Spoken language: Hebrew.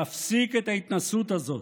להפסיק את ההתנשאות הזאת